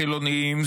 חילונים,